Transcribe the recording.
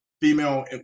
female